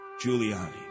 Giuliani